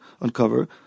uncover